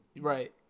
right